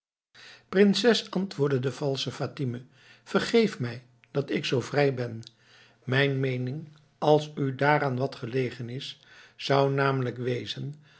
prinses antwoordde de valsche fatime vergeef mij dat ik zoo vrij ben mijn meening als u daaraan wat gelegen is zou namelijk wezen